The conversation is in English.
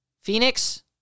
Phoenix